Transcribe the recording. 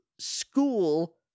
school